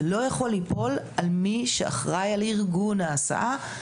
זה לא יכול ליפול על מי שאחראי על ארגון ההסעה,